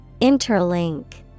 Interlink